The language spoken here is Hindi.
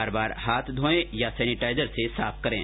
बार बार हाथ धोयें या सेनेटाइजर से साफ करें